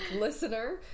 listener